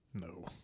No